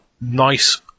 nice